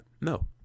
No